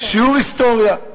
שיעור היסטוריה.